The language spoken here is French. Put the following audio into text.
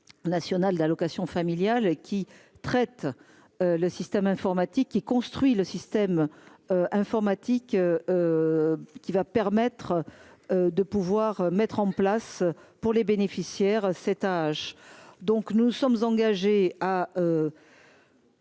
nationale d'allocations familiales et qui traite le système informatique qui construit le système informatique qui va permettre de pouvoir mettre en place pour les bénéficiaires, cet âge, donc nous nous sommes engagés à.